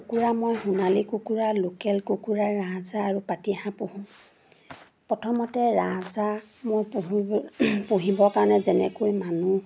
কুকুৰা মই সোণালী কুকুৰা লোকেল কুকুৰা ৰাজহাঁহ আৰু পাতিহাঁহ পোহোঁ প্ৰথমতে ৰাজহাঁহ মই পুহিব পুহিবৰ কাৰণে যেনেকৈ মানুহ